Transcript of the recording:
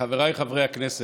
חבריי חברי הכנסת,